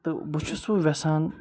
تہٕ بہٕ چھُس وۄنۍ یژھان